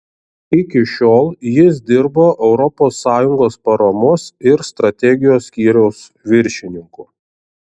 iki šiol jis dirbo europos sąjungos paramos ir strategijos skyriaus viršininku